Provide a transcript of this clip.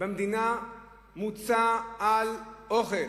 במדינה מוצא על אוכל,